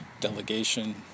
delegation